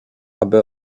aby